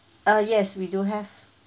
uh yes we do have